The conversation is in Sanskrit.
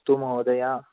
अस्तु महोदय